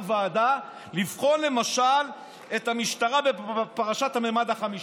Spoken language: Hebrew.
ועדה לבחון למשל את המשטרה בפרשת הממד החמישי,